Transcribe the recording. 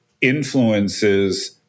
influences